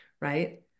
right